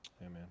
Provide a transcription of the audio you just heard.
Amen